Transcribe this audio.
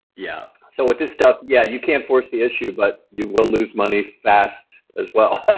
yeah. so with this stuff, yeah, you can force the issue but you will lose money fast as well.